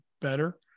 better